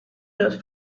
los